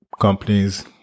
companies